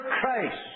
Christ